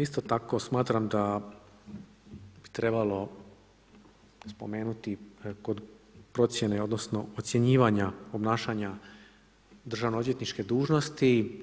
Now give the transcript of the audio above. Isto tako smatram da bi trebalo spomenuti kod procjene odnosno ocjenjivanja obnašanja državno-odvjetničke dužnosti